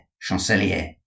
Chancelier